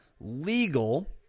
legal